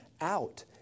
out